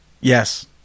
yes